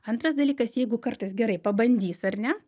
antras dalykas jeigu kartais gerai pabandys ar ne